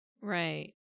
Right